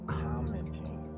commenting